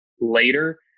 later